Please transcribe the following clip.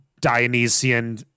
Dionysian